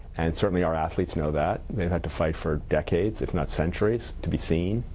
and certainly our athletes know that. they've had to fight for decades if not centuries to be seen,